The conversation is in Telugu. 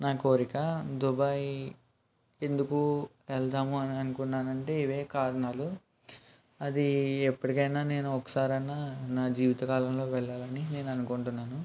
నా కోరిక దుబాయ్ ఎందుకు వెళదాము అని అనుకున్నాను అంటే ఇవే కారణాలు అది ఎప్పటికైనా నేను ఒకసారైనా నా జీవితకాలంలో వెళ్ళాలని నేను అనుకుంటున్నాను